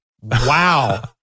Wow